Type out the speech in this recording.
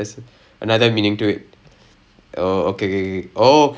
there's there's a different set of rules and and everything ya